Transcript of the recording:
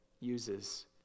uses